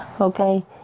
Okay